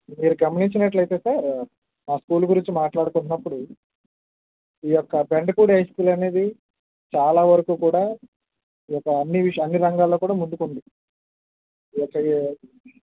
మీరు గమనించినట్లయితే సార్ మా స్కూల్ గురించి మాట్లాడుకున్నప్పుడు ఈ యొక్క బెండపూడి హై స్కూల్ అనేది చాలా వరకు కూడా ఈ యొక్క అన్ని విషయాల్లో అన్ని రంగాల్లో కూడా ముందుకు ఉంది ఈ యొక్క